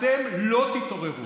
אתם לא תתעוררו.